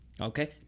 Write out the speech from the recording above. Okay